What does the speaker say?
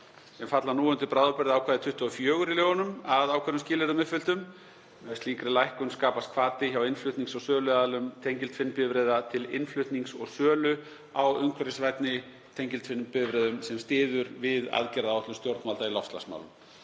sem falla nú undir bráðabirgðaákvæði 24 í lögunum, að ákveðnum skilyrðum uppfylltum. Með slíkri lækkun skapast hvati hjá innflutnings- og söluaðilum tengiltvinnbifreiða til innflutnings og sölu á umhverfisvænni tengiltvinnbifreiðum sem styður við aðgerðaráætlun stjórnvalda í loftlagsmálum